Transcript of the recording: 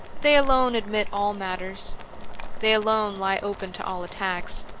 they alone admit all matters they alone lie open to all attacks.